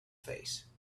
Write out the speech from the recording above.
face